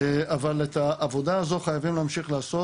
אבל את העבודה הזו חייבים להמשיך לעשות